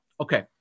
Okay